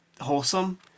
wholesome